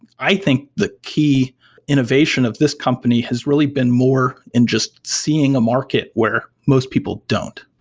i think the key innovation of this company has really been more in just seeing a market where most people don't.